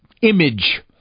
image